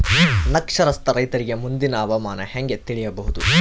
ಅನಕ್ಷರಸ್ಥ ರೈತರಿಗೆ ಮುಂದಿನ ಹವಾಮಾನ ಹೆಂಗೆ ತಿಳಿಯಬಹುದು?